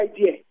idea